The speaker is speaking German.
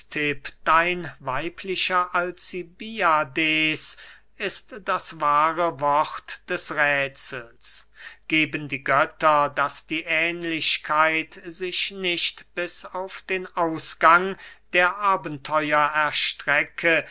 dein weiblicher alcibiades ist das wahre wort des räthsels geben die götter daß die ähnlichkeit sich nicht bis auf den ausgang der abenteuer erstrecke